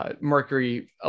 Mercury